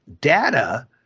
data